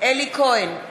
אלי כהן,